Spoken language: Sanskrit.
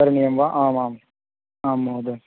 करणीयं वा आम् आम् आं महोदय